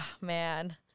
man